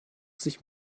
sich